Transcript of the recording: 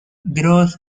gross